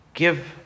Give